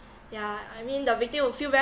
yeah I mean the victim will feel very